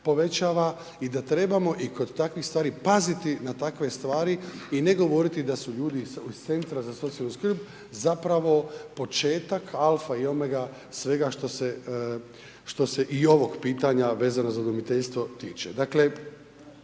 povećava i da trebamo i kod takvih stvari paziti na takve stvari i ne govoriti da su ljudi iz centra za socijalnu skrb zapravo početak alfa i omega svega što se i ovog pitanja vezano za udomiteljstvo tiče.